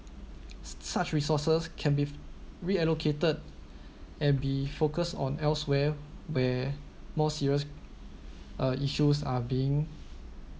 such resources can be re-allocated and be focused on elsewhere where more serious uh issues are being